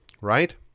right